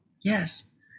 yes